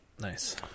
Nice